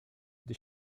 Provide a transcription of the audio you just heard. gdy